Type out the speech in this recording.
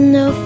no